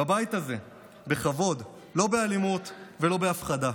בבית הזה, בכבוד, לא באלימות ולא בהפחדה.